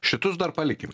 šitus dar palikim